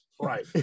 Right